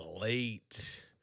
late